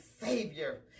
Savior